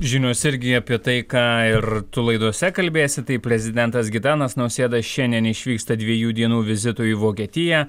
žinios irgi apie tai ką ir tu laidose kalbėsi tai prezidentas gitanas nausėda šiandien išvyksta dviejų dienų vizitui į vokietiją